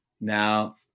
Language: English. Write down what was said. now